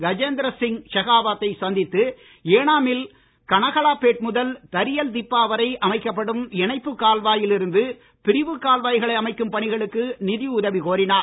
கஜேந்திர சிங் ஷெகாவத் தை சந்தித்து ஏனாமில் கனகாலப்பேட் முதல் தரியல்திப்பா வரை அமைக்கப்படும் இணைப்புக் கால்வாயில் இருந்து பிரிவுக் கால்வாய்களை அமைக்கும் பணிகளுக்கு நிதியுதவி கோரினார்